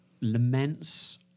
laments